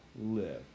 live